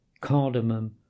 cardamom